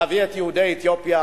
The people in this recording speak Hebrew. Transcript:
להביא את יהודי אתיופיה.